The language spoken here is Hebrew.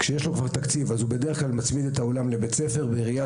כשיש לו תקציב הוא בדרך כלל מצמיד את האולם לבית הספר בראייה